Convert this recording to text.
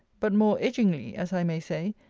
but more edgingly, as i may say,